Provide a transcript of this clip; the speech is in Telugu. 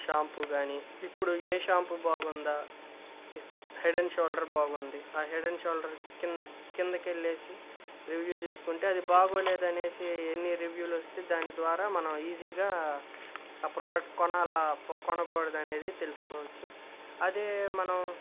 షాంపూ కానీ ఇప్పుడు ఏ షాంపూ బాగుందా ఇప్పుడు హెడ్ అండ్ షోల్డర్ బాగుంది ఆ హెడ్ అండ్ షోల్డర్ కింద కిందకెళ్ళేసి రివ్యూ చూసుకుంటే అది బాగోలేదనేసి ఎన్ని రివ్యూలొస్తే దాని ద్వారా మనం ఈజీగా ఆ ప్రోడక్ట్ కొనాలా పొ కొనకూడదా అనేది తెలుసుకోవచ్చు అదే మనం